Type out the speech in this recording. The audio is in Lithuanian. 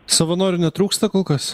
savanorių netrūksta kol kas